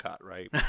right